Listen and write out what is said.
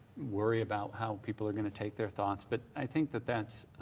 worry about how people are gonna take their thoughts. but i think that that's